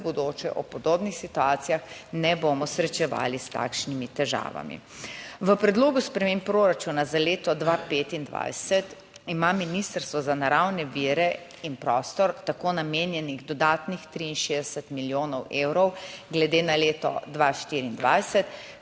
v bodoče ob podobnih situacijah ne bomo srečevali s takšnimi težavami. V predlogu sprememb proračuna za leto 2025 ima Ministrstvo za naravne vire in prostor tako namenjenih dodatnih 63 milijonov evrov glede na leto 2024,